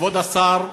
כבוד השר,